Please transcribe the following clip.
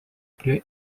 prie